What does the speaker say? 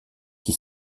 qui